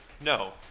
No